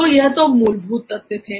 तो यह तो मूलभूत तथ्य थे